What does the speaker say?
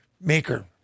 maker